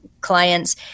clients